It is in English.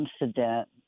incident